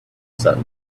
sun